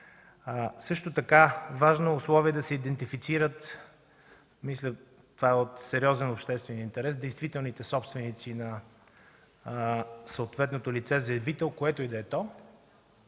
Също така важно условие е да се идентифицират, мисля, че това е от сериозен обществен интерес, действителните собственици на съответното лице-заявител, което и да е то.